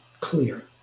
clear